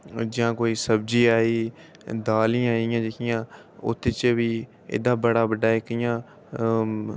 जां कोई सब्जी आई दाल ई ऐ इ'यां जि'यां उत च बी एह्दा बड़ा बड्डा इक इ'यां